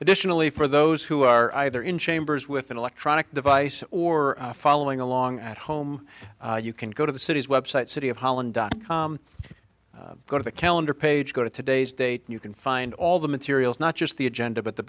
additionally for those who are either in chambers with an electronic device or following along at home you can go to the city's website city of holland dot com go to the calendar page go to today's date and you can find all the materials not just the agenda but the